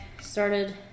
started